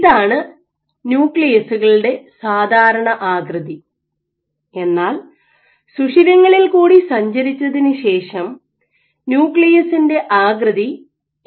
ഇതാണ് ന്യൂക്ലിയസുകളുടെ സാധാരണ ആകൃതി എന്നാൽ സുഷിരങ്ങളിൽ കൂടി സഞ്ചരിച്ചതിനുശേഷം ന്യൂക്ലിയസിന്റെ ആകൃതി ഇങ്ങനെയായിരിക്കും